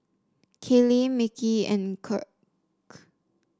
Kalie Mickie and Kirk